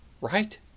Right